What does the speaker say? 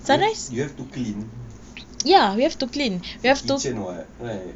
you you have to clean oh kitchen [what] right